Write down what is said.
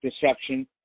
deception